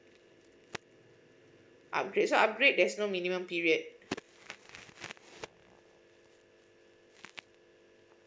upgrade so upgrade there is no minimum period